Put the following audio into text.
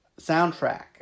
soundtrack